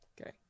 okay